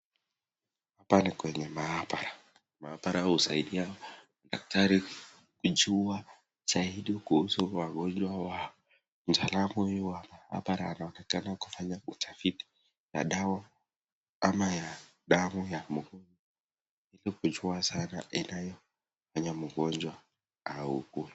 Hapa ni kwenye mahabara, mahabara husaidia madaktari kujua zaidi kuhusu wagonjwa wao. mtaalamu huyu wa maabara anaonekana kufanya utafiti ya dawa ama ya damu ya mgonjwa ili kujua inayofanya mgonjwa augue.